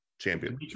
champion